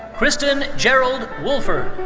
kristin gerald woolford.